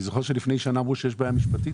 אני זוכר שלפני שנה אמרו שיש בעיה משפטית